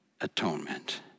atonement